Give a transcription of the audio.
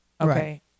Okay